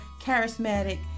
charismatic